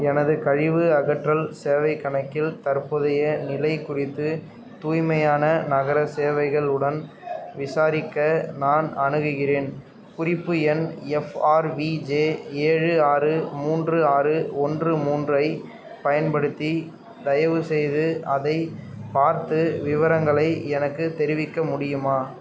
எனது கழிவு அகற்றல் சேவைக் கணக்கில் தற்போதைய நிலைக் குறித்து தூய்மையான நகர சேவைகளுடன் விசாரிக்க நான் அணுகுகிறேன் குறிப்பு எண் எஃப் ஆர் வி ஜே ஏழு ஆறு மூன்று ஆறு ஒன்று மூன்றைப் பயன்படுத்தி தயவுசெய்து அதைப் பார்த்து விவரங்களை எனக்குத் தெரிவிக்க முடியுமா